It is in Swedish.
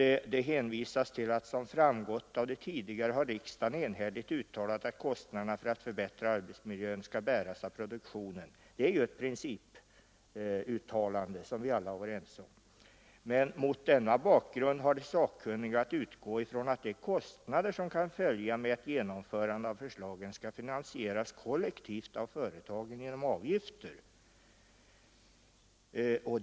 Det står ju i direktiven att riksdagen enhälligt har uttalat att kostnaderna för att förbättra arbetsmiljön skall bäras av produktionen — det är ett principuttalande som vi alla var ense om — men mot denna bakgrund har de sakkunniga nu att utgå ifrån att de kostnader som kan följa med ett genomförande av förslagen skall finansieras kollektivt av företagen genom avgifter.